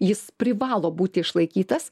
jis privalo būti išlaikytas